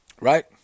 Right